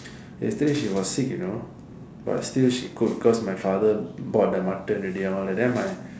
yesterday she was sick you know but still she cook cause my father bought the Mutton already and all then my